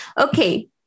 okay